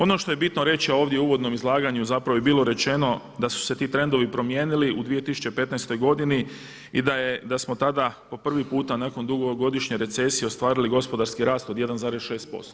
Ono što je bitno reći, a ovdje u uvodnom izlaganju je bilo rečeno, da su se ti trendovi promijenili u 2015. godini i da smo tada po prvi puta nakon dugogodišnje recesije ostvarili gospodarski rast od 1,6%